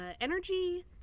energy